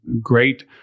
great